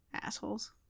Assholes